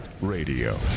Radio